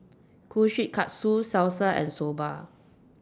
Kushikatsu Salsa and Soba